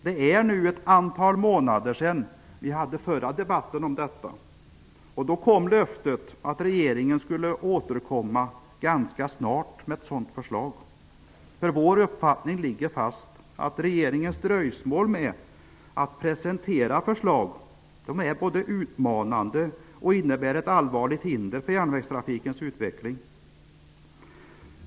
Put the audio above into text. Det är nu ett antal månader sedan vi hade den förra debatten om detta. Då kom löftet att regeringen skulle återkomma ganska snart med ett sådant förslag. Vår uppfattning ligger fast. Herr talman!